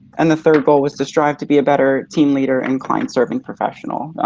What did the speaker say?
and the third goal was to strive to be a better team leader and client-serving professional,